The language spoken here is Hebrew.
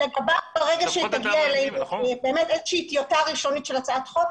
ברגע שתגיע אלינו טיוטה ראשונית של הצעת חוק,